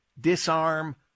disarm